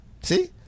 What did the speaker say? See